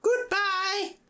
goodbye